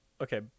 Okay